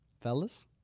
fellas